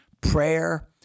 Prayer